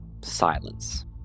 Silence